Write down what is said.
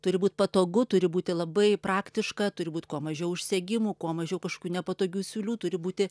turi būt patogu turi būti labai praktiška turi būt kuo mažiau užsegimų kuo mažiau kažkokių nepatogių siūlių turi būti